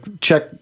check